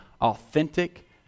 authentic